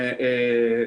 כבר